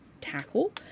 tackle